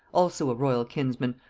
also a royal kinsman,